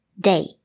day